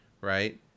right